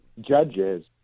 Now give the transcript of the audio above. judges